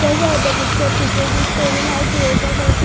कसा होता पिक्चर पिच्चरची स्टोरी माहिती आहे का कसं